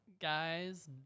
guys